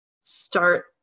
start